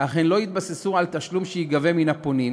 אך אלה לא יתבססו על תשלום שייגבה מן הפונים,